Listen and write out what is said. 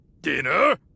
dinner